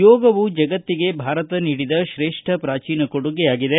ಯೋಗವು ಜಗತ್ತಿಗೆ ಭಾರತ ನೀಡಿದ ತ್ರೇ ಕ್ಕೆ ಪ್ರಾಚೀನ ಕೊಡುಗೆಯಾಗಿದೆ